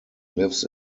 lives